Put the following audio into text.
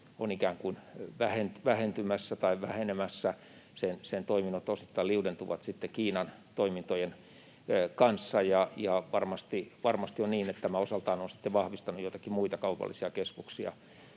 on ikään kuin vähentymässä tai vähenemässä. Sen toiminnot osittain liudentuvat Kiinan toimintojen kanssa, ja varmasti on niin, että tämä osaltaan on sitten vahvistanut joitakin muita kaupallisia keskuksia